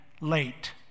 late